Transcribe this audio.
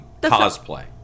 cosplay